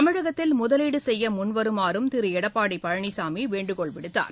தமிழகத்தில் முதலீடு செய்ய முன்வருமாறும் திரு எடப்பாடி பழனிசாமி வேண்டுகோள் விடுத்தார்